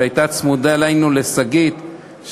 שהייתה צמודה אלינו: לשגית,